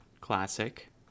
Classic